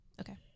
Okay